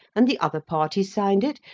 and the other party signed it,